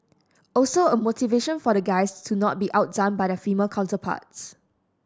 also a motivation for the guys to not be outdone by their female counterparts